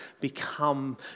become